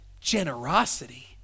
generosity